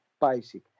basic